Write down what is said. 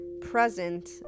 present